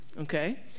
okay